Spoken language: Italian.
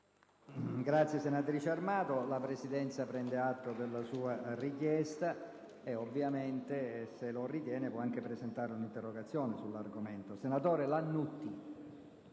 Senatrice Armato, la Presidenza prende atto della sua richiesta. Ovviamente, se lo ritiene, può anche presentare un'interrogazione sull'argomento. **Per la